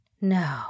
No